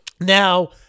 Now